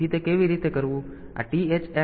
તેથી તે કેવી રીતે કરવું